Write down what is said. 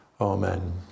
Amen